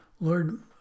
Lord